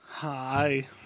Hi